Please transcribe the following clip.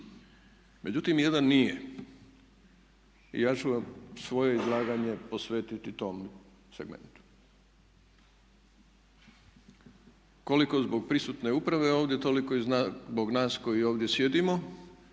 Međutim jedan nije i ja ću vam svoje izlaganje posvetiti tom segmentu, koliko zbog prisutne uprave ovdje, toliko i zbog nas koji ovdje sjedimo,